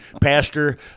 pastor